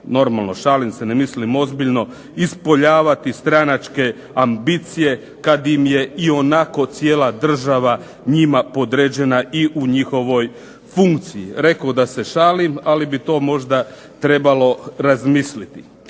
normalno šalim se, ne mislim ozbiljno, ispoljavati stranačke ambicije kad im je ionako cijela država njima podređena i u njihovoj funkciji. Rekoh da se šalim, ali bi to možda trebalo razmisliti.